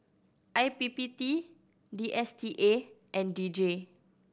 I P P T D S T A and D J